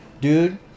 dude